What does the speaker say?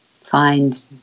find